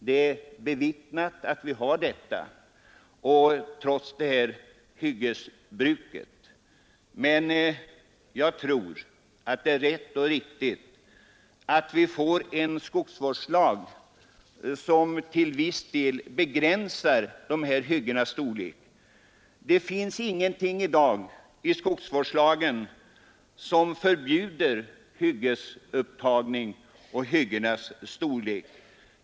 Detta är ett faktum, trots nu förekommande hyggesbruk. Jag tror dock att det är rätt och riktigt att vi får en skogsvårdslag, som till viss del begränsar hyggenas storlek. Det finns i dag ingenting i skogsvårdslagen som förbjuder hyggesupptagning eller begränsar hyggens storlek.